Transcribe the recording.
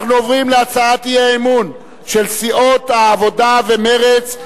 אנחנו עוברים להצעת האי-אמון של סיעות העבודה ומרצ,